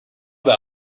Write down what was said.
know